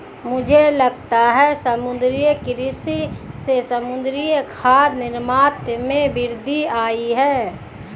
मुझे लगता है समुद्री कृषि से समुद्री खाद्य निर्यात में वृद्धि आयी है